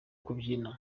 kubyina